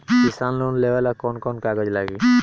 किसान लोन लेबे ला कौन कौन कागज लागि?